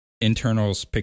internals